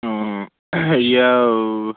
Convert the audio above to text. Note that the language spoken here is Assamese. অঁ এয়া